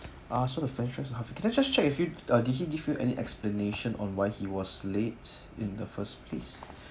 ah so the french fries half eaten can I just check with you ah did he give you any explanation on why he was late in the first place